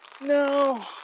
No